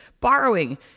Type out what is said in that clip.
borrowing